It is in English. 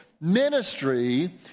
ministry